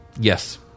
Yes